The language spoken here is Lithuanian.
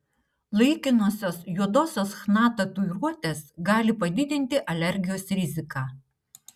laikinosios juodosios chna tatuiruotės gali padidinti alergijos riziką